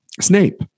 Snape